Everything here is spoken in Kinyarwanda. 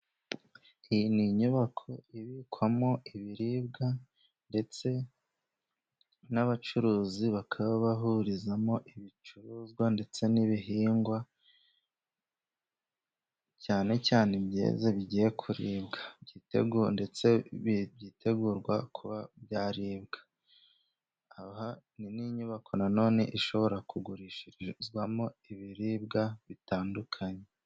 Iyi ni inyubako ibikwamo ibiribwa ,ndetse n'abacuruzi bakaba bahurizamo ibicuruzwa ndetse n'ibihingwa, cyane cyane ibyeze bigiye kuribwa ndetse byitegurwa kuba byaribwa. Aha ni n'inyubako nanone ishobora kugurishirizwamo ibiribwa bitandukanye.